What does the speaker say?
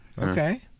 Okay